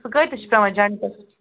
سُہ کۭتِس چھِ پٮ۪وان جَنٛٹٕس